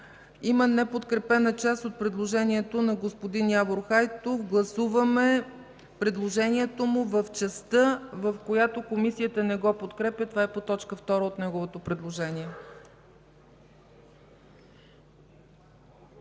Има неподкрепена част от предложението на господин Явор Хайтов. Гласуваме предложението му в частта, в която Комисията не го подкрепя – това е по т. 2 от неговото предложение.